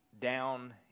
down